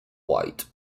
white